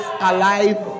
alive